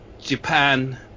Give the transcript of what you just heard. Japan